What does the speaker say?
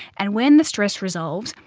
and when the stress resolves,